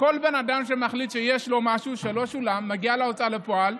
כל בן אדם שמחליט שיש לו משהו שלא שולם מגיע להוצאה לפועל,